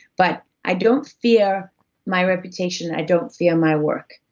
but i don't fear my reputation, i don't fear my work,